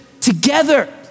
together